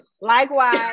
likewise